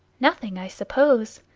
nothing, i suppose.